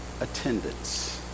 attendance